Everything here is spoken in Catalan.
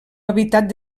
habitat